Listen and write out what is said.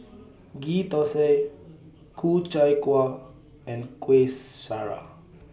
Ghee Thosai Ku Chai Kueh and Kueh Syara